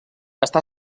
està